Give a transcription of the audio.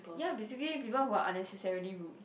ya basically people who are unnecessarily rude